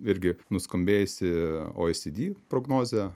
irgi nuskambėjusi oecd prognozė